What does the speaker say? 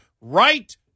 right